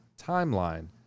timeline